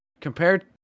compared